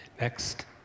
Next